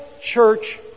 church